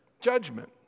judgment